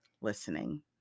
listening